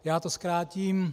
Já to zkrátím.